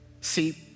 See